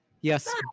Yes